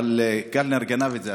אבל קלנר גנב את זה,